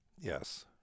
Yes